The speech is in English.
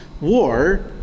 war